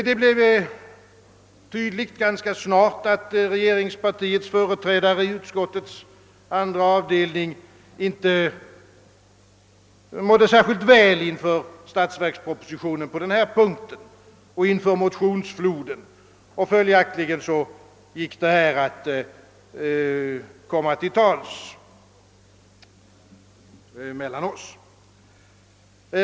Det blev ganska snart tydligt, att statsverkspropositionens förslag på denna punkt och motionsfloden med anledning därav inte kom regeringspartiets företrädare i utskottets andra avdelning att må särskilt väl. Följaktligen kunde vi komma till tals med varandra.